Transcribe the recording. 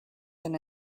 than